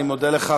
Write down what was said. אני מודה לך.